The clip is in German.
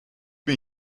mir